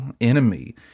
enemy